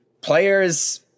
players